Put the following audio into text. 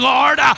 Lord